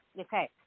Okay